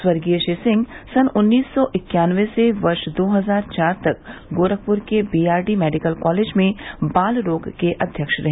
स्वर्गीय श्री सिंह सन् उन्नीस सौ इक्यानवे से वर्ष दो हजार चार तक गोरखपुर के बीआरडीमेडिकल कॉलेज में बाल रोग के अध्यक्ष रहे